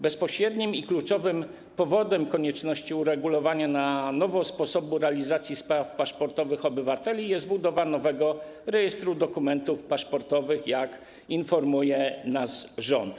Bezpośrednim i kluczowym powodem konieczności uregulowania na nowo sposobu realizacji spraw paszportowych obywateli jest budowa nowego Rejestru Dokumentów Paszportowych, jak informuje nas rząd.